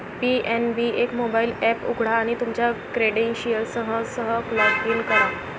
PNB एक mobile app उघडा आणि तुमच्या क्रेडेन्शियल्ससह लॉग इन करा